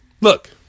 Look